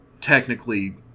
technically